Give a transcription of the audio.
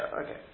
okay